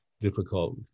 difficult